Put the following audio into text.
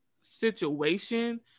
situation